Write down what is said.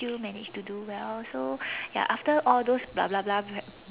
still manage to do well so ya after all those blah blah blah right